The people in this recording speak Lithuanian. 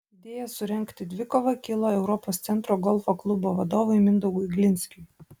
idėja surengti dvikovą kilo europos centro golfo klubo vadovui mindaugui glinskiui